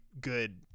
good